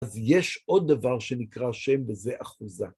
אז יש עוד דבר שנקרא השם בזה אחוזה.